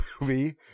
movie